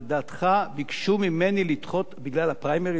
ביקשו ממני לדחות בגלל הפריימריז בבית היהודי,